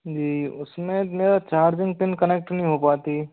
जी उस में मेरा चार्जिंग पिन कनेक्ट नहीं हो पाती